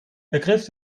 ergriff